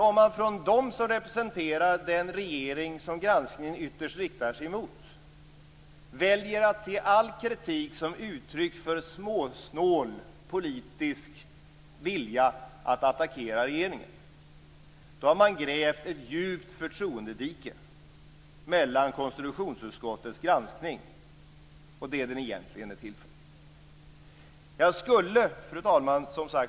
Om man från dem som representerar den regering som granskningen ytterst riktar sig emot väljer att se all kritik som uttryck för småsnål politisk vilja att attackera regeringen, då har man grävt ett djupt förtroendedike mellan konstitutionsutskottets granskning och det som den egentligen är till för. Fru talman!